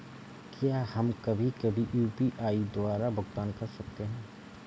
क्या हम कभी कभी भी यू.पी.आई द्वारा भुगतान कर सकते हैं?